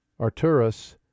Arturus